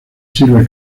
sirve